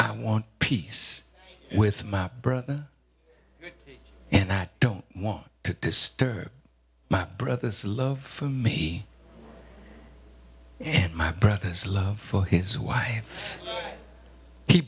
i want peace with my brother and i don't want to disturb my brother's love for me and my brother's love for his wife he